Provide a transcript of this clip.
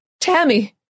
Tammy